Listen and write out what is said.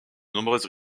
nombreuses